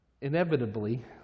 Inevitably